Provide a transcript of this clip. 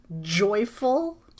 joyful